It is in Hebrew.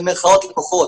במרכאות פחות.